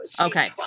Okay